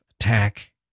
attack